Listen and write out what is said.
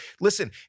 listen